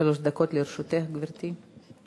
שלוש דקות לרשותך, גברתי.